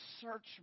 search